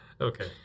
Okay